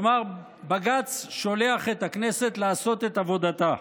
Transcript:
כלומר, בג"ץ שולח את הכנסת לעשות את עבודתה.